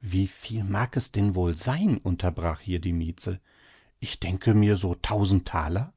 wie viel mag es denn wohl sein unterbrach hier die mietzel ich denke mir so tausend thaler